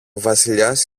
βασιλιάς